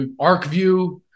Arcview